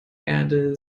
erde